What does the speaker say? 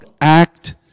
act